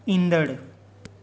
ईंदड़ु